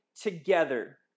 together